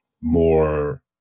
more